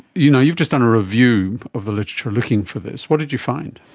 you know you've just done a review of the literature looking for this. what did you find?